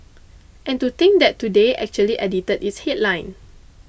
and to think that Today actually edited its headline